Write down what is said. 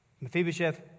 Mephibosheth